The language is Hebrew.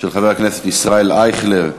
של חבר הכנסת ישראל אייכלר.